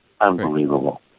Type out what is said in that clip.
Unbelievable